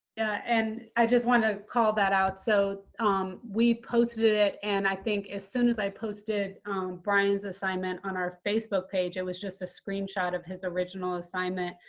and i just want to call that out. so we posted it and i think as soon as i posted brian's assignment on our facebook page, it was just a screenshot of his original assignment,